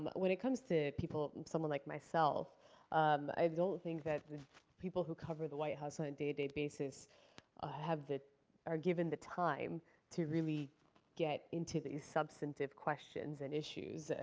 but when it comes to people, someone like myself i don't think that the people who cover the white house on a day-to-day basis have the are given the time to really get into these substantive questions and issues.